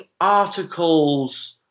articles